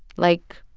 like,